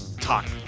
talk